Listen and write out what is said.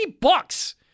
bucks